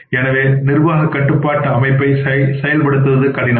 எனவே நிர்வாக கட்டுப்பாட்டு அமைப்பை செயல்படுத்துவது கடினம்